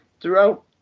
throughout